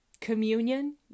Communion